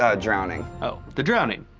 ah drowning. oh, the drowning!